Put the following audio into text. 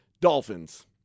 Dolphins